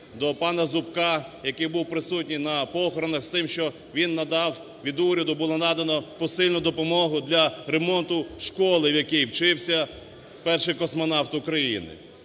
до пана Зубка, який був присутній на похоронах, з тим, що він надав від уряду (було надано) посильну допомогу для ремонту школи, в який вчився Перший космонавт України.